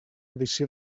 edició